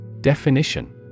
Definition